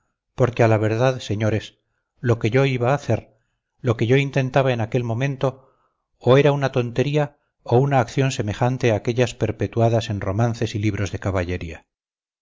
porque a la verdad señores lo que yo iba a hacer lo que yo intentaba en aquel momento o era una tontería o una acción semejante a aquellas perpetuadas en romances y libros de caballería